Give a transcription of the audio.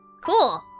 Cool